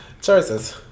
choices